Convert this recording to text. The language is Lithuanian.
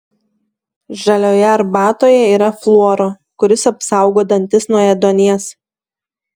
žalioje arbatoje yra fluoro kuris apsaugo dantis nuo ėduonies